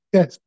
Yes